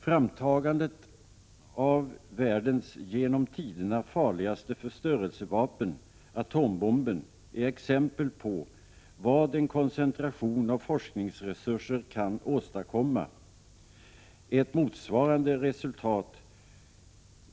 Framtagandet av världens genom tiderna farligaste förstörelsevapen, atombomben, är exempel på vad en koncentration av forskningsresurser kan åstadkomma. Ett motsvarande resultat